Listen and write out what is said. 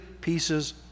pieces